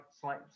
slight